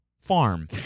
farm